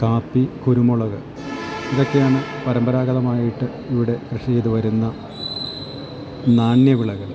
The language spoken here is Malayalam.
കാപ്പി കുരുമുളക് ഇതൊക്കെയാണ് പരമ്പരാഗതമായിട്ട് ഇവിടെ കൃഷി ചെയ്ത് വരുന്ന നാണ്യവിളകൾ